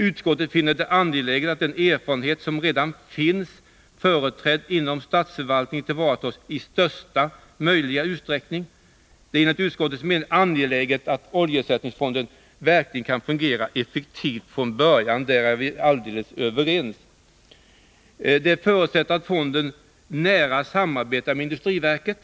Utskottet finner det angeläget att den erfarenhet som redan finns företrädd inom statsförvaltningen tillvaratas i största möjliga utsträckning. Det är enligt utskottets mening angeläget att oljeersättningsfonden verkligen kan fungera effektivt från början — om detta är vi också helt överens. Utskottet förutsätter vidare att fonden nära samarbetar med industriverket.